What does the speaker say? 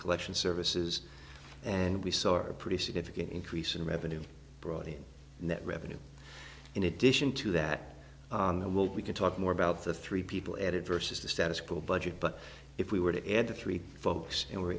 collection services and we saw a pretty significant increase in revenue brought in net revenue in addition to that on the will we can talk more about the three people added versus the status quo budget but if we were to add the three folks and we're